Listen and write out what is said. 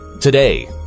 Today